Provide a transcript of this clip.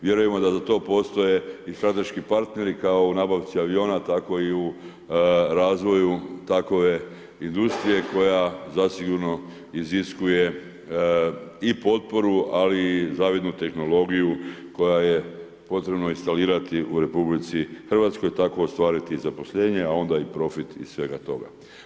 Vjerujemo da za to postoje i strateški partneri, kao u nabavci aviona, tako i u razvoju takove industrije, koja zasigurno iziskuje i potporu, ali i zavidnu tehnologiju koja je potrebno instalirati u RH, tako ostvariti i zaposlenje, a onda i profit iz svega toga.